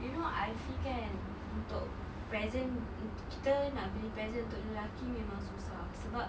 you know I feel kan untuk present kita nak beli present untuk lelaki memang susah sebab